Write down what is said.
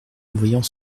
voyant